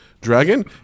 Dragon